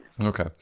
Okay